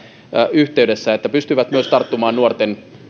yhteydessä voimaannutetaan myös siihen että he pystyvät myös tarttumaan nuorten